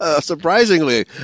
Surprisingly